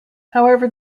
however